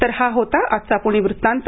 तर हा होता आजचा प्णे व्रत्तांत